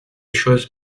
choses